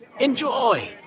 Enjoy